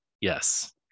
Yes